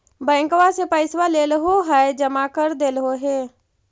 बैंकवा से पैसवा लेलहो है जमा कर देलहो हे?